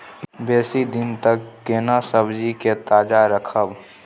बेसी दिन तक केना सब्जी के ताजा रखब?